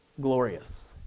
glorious